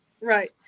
Right